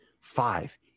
Five